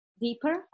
deeper